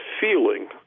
feeling